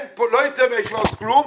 לא יצא מהישיבה הזאת כלום,